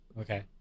okay